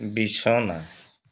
বিছনা